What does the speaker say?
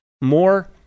more